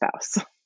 spouse